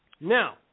Now